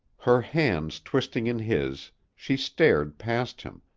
her hands twisting in his, she stared past him,